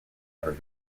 ever